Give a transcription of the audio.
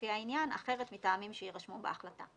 לפי העניין אחרת מטעמים שיירשמו בהחלטה,